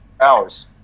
hours